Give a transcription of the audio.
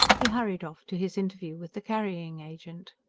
he hurried off to his interview with the carrying-agent.